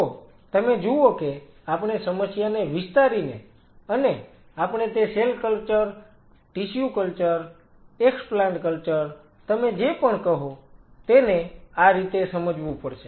તો તમે જુઓ કે આપણે સમસ્યાને વિસ્તારીને અને આપણે તે cell culture tissue culture explant culture તમે જે પણ કહો તેને આ રીતે સમજવું પડશે